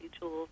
tools